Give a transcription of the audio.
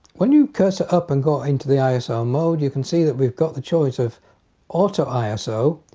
when you cursor up and go into the iso mode you can see that we've got the choice of auto iso,